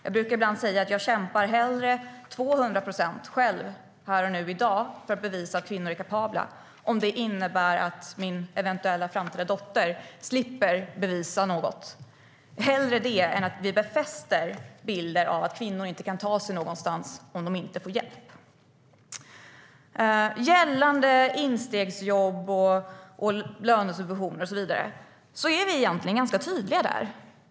Jag brukar ibland säga att jag kämpar hellre 200 procent själv här och nu i dag för att bevisa att kvinnor är kapabla om det innebär att min eventuella framtida dotter slipper bevisa något - hellre det än att vi befäster bilden av att kvinnor inte kan ta sig någonstans om de inte får hjälp. När det gäller instegsjobb och lönesubventioner är vi egentligen ganska tydliga.